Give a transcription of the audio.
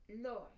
Lord